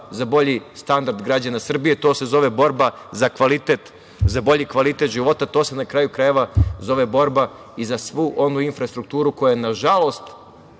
za bolji standard građana Srbije, to se zove borba za bolji kvalitet života, to se na kraju, krajeva zove borba i za svu onu infrastrukturu koja na žalost